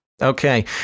Okay